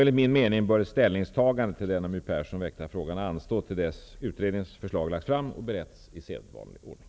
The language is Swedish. Enligt min mening bör ett ställningstagande till den av My Persson väckta frågan anstå till dess utredningens förslag lagts fram och beretts i sedvanlig ordning.